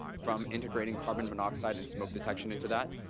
from integrating carbon monoxide and smoke detection into that.